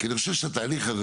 זה נראה שהתהליך הזה,